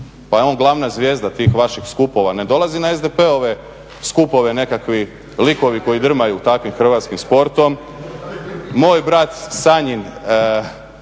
je on glavna zvijezda tih vaših skupova. Ne dolazi na SDP-ove skupove nekakvi likovi koji drmaju takvim hrvatskim sportom. Moj brat Sanjin,